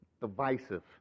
divisive